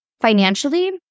financially